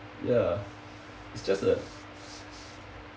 ya it's just the